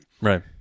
Right